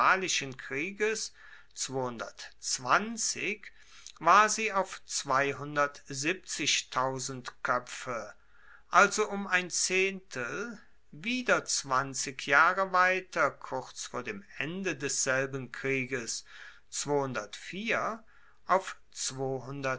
krieges war sie auf koepfe also um ein zehntel wieder zwanzig jahre weiter kurz vor dem ende desselben krieges auf